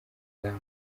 izamu